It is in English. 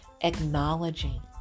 acknowledging